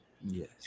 Yes